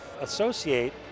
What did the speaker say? associate